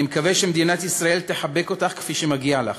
אני מקווה שמדינת ישראל תחבק אותך כפי שמגיע לך,